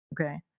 Okay